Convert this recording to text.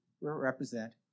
represent